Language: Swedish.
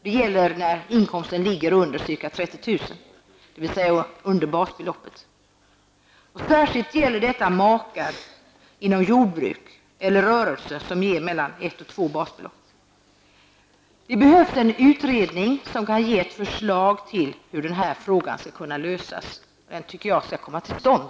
Så är det när inkomsten uppgår till mindre än 30 000, dvs. under basbeloppet. Särskilt berör detta makar inom jordbruksföretag eller annan rörelse som ger en inkomst på mellan ett och två basbelopp. Det behövs en utredning som kan lämna förslag till hur frågan skall lösas. En sådan utredning tycker jag skall komma till stånd.